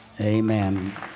Amen